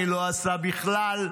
מי לא עשה בכלל.